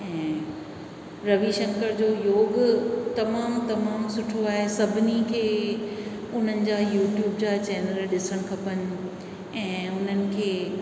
ऐं रविशंकर जो योग तमामु तमामु सुठो आहे ऐं सभिनी खे उन्हनि जा यूट्यूब जा चैनल ॾिसणु खपनि ऐं उन्हनि खे